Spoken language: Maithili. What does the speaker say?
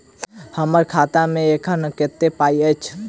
हम्मर खाता मे एखन कतेक पाई अछि?